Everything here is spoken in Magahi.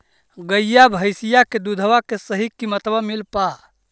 गईया भैसिया के दूधबा के सही किमतबा मिल पा?